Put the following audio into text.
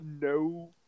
no